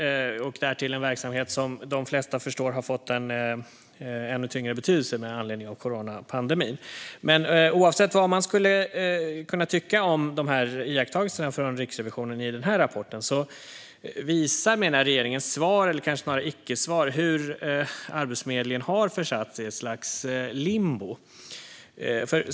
Det är därtill en verksamhet som de flesta förstår har fått en ännu större betydelse med anledning av coronapandemin. Oavsett vad man tycker om iakttagelserna från Riksrevisionen i denna rapport visar, menar jag, regeringens svar eller kanske snarare icke-svar hur Arbetsförmedlingen har försatts i ett slags limbo.